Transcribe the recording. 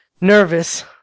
nervous